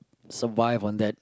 survive on that